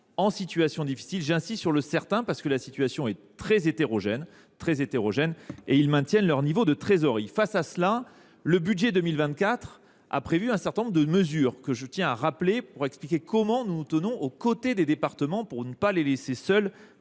en situation difficile – j’insiste sur le mot « certains » parce que la situation est très hétérogène –, et ils maintiennent leur niveau de trésorerie. Face à cela, le budget pour 2024 prévoit un certain nombre de mesures que je tiens à rappeler pour expliquer comment nous nous tenons aux côtés des départements pour ne pas les laisser seuls